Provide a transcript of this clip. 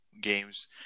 games